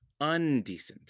undecent